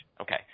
Okay